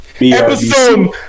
episode